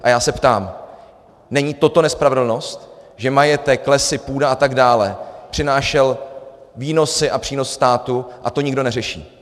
A já se ptám: není toto nespravedlnost, že majetek, lesy, půda atd., přinášel výnosy a přínos státu a to nikdo neřeší?